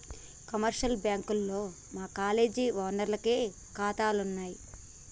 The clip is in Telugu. కమర్షియల్ బ్యాంకుల్లో మా కాలేజీ ఓనర్లకి కాతాలున్నయి